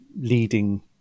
leading